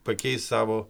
pakeis savo